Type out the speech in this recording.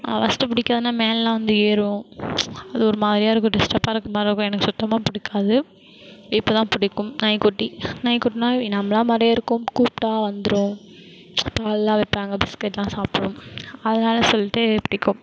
first பிடிக்கதுனா வந்தால் மேலெலாம் வந்து ஏறும் அது ஒரு மாதிரியாருக்கும் டிஸ்ட்ரப்பாக இருக்க மாதிரி இருக்கும் எனக்கு சுத்தமாக பிடிக்காது இப்போ தான் பிடிக்கும் நாய்க்குட்டி நாய்க்குட்டினா நம்மளை மாதிரியே இருக்கும் கூப்பிட்டா வந்துடும் பாலலெலாம் வைப்பாங்க பிஸ்கெட்லாம் சாப்பிடும் அதனால சொல்லிட்டு பிடிக்கும்